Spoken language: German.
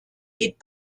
geht